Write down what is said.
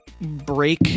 break